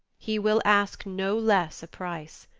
he will ask no less a price.